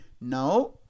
now